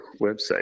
Website